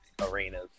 arenas